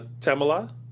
Tamala